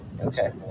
Okay